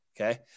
okay